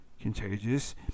contagious